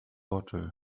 bottle